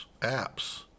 apps